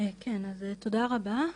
תודה רבה.